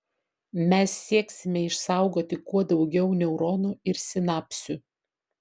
mes sieksime išsaugoti kuo daugiau neuronų ir sinapsių